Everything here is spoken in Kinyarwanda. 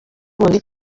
bundi